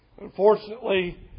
Unfortunately